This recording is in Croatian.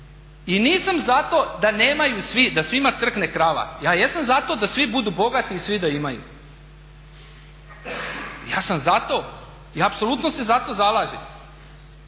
i nisam za to da nemaju svi, da svima crkne krava. Ja jesam za to da svi budu bogati i svi da imaju. Ja sam za to i apsolutno se za to zalažem.